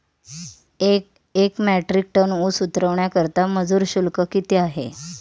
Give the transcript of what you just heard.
एक metric tonne ऊस उतरवण्याकरता मजूर शुल्क किती आहे?